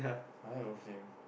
I like WolfTeam